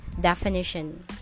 definition